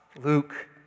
Luke